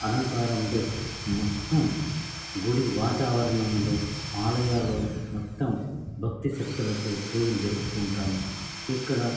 అలంకారంతో మొత్తం గుడి వాతావరణంలో ఆలయాలు మొత్తం భక్తి శక్తులతో పూజలు జరుపుకుంటాము ఇక్కడ